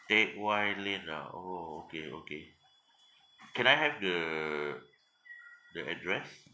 teck whye lane ah orh okay okay can I have the the address